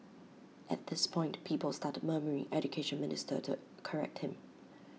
at this point people started murmuring Education Minister to correct him